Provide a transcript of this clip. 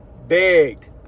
begged